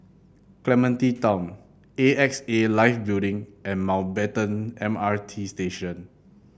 Clementi Town A X A Life Building and Mountbatten M R T Station